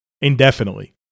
indefinitely